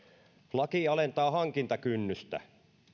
laki alentaa hankintakynnystä